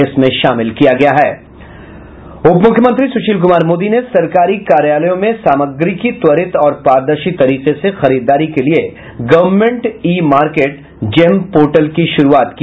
उप मुख्यमंत्री सुशील कुमार मोदी ने सरकारी कार्यालयों में सामग्री की त्वरित और पारदर्शी तरीके से खरीददारी के लिए government e market GeM portal की शुरूआत की